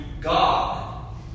God